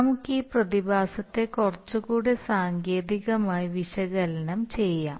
നമുക്ക് ഈ പ്രതിഭാസത്തെ കുറച്ചുകൂടി സാങ്കേതികമായി വിശകലനം ചെയ്യാം